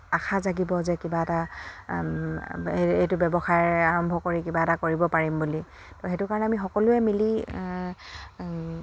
আশা জাগিব যে কিবা এটা এইটো ব্যৱসায়ৰে আৰম্ভ কৰি কিবা এটা কৰিব পাৰিম বুলি ত' সেইটো কাৰণে আমি সকলোৱে মিলি